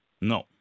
No